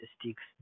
sticks